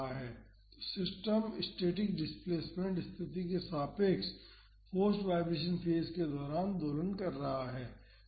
तो system static displacement स्थिति के सापेक्ष फोर्स्ड वाईब्रेशन फेज के दौरान दोलन कर रहा है